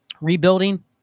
Rebuilding